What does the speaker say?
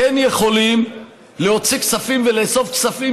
כן יכולים להוציא כספים ולאסוף כספים